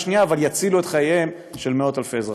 וביד השנייה יצילו את חייהם של מאות-אלפי אזרחים.